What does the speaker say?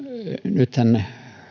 nythän